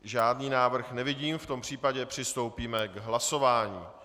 Žádný návrh nevidím, v tom případě přistoupíme k hlasování.